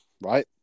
right